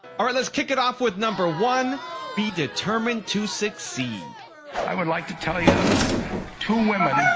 alright let's kick it off with number one be determined to succeed i would like to tell you two women, oh?